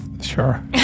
sure